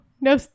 no